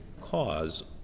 cause